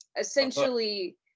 essentially